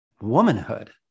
womanhood